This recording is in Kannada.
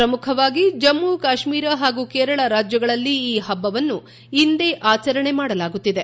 ಪ್ರಮುಖವಾಗಿ ಜಮ್ಮು ಕಾಶ್ಮೀರ ಹಾಗೂ ಕೇರಳ ರಾಜ್ಯಗಳಲ್ಲಿ ಈ ಹಬ್ಬವನ್ನು ಇಂದೇ ಆಚರಣೆ ಮಾಡಲಾಗುತ್ತಿದೆ